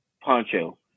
poncho